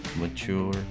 mature